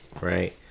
right